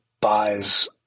buys